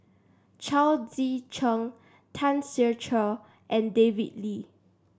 Chao Tzee Cheng Tan Ser Cher and David Lee